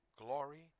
glory